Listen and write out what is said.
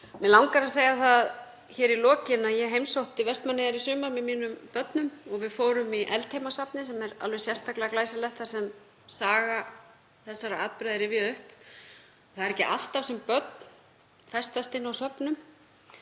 Mig langar að segja það hér í lokin að ég heimsótti Vestmannaeyjar í sumar með börnunum mínum. Við fórum í Eldheimasafnið, sem er alveg sérstaklega glæsilegt, þar sem saga þessara atburða var rifjuð upp. Það er ekki alltaf sem börn festast inni á söfnum.